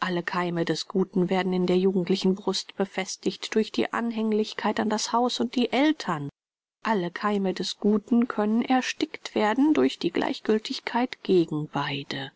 alle keime des guten werden in der jugendlichen brust befestigt durch die anhänglichkeit an das haus und die eltern alle keime des guten können erstickt werden durch die gleichgültigkeit gegen beide